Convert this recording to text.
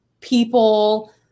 people